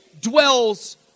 dwells